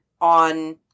on